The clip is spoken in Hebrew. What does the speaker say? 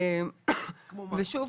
ושוב,